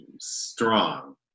strong